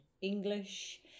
English